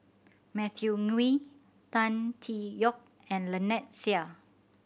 Matthew Ngui Tan Tee Yoke and Lynnette Seah